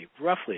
roughly